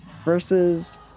versus